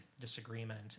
disagreement